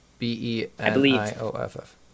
B-E-N-I-O-F-F